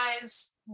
guys